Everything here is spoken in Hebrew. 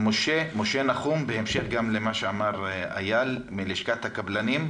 משה נחום, ממלא מקום נשיא לשכת הקבלנים.